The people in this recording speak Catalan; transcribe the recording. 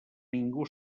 ningú